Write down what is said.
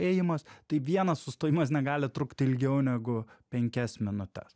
ėjimas tai vienas sustojimas negali trukti ilgiau negu penkias minutes